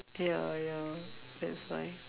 ya ya that's why